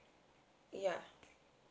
yeah